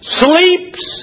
sleeps